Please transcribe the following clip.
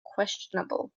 questionable